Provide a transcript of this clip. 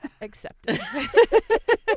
accepted